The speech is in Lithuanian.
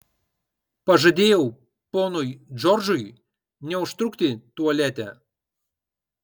pažadėjau ponui džordžui neužtrukti tualete